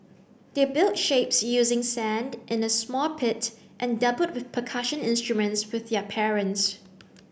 they built shapes using sand in a small pit and dabbled with percussion instruments with their parents